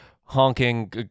honking